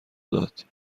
داد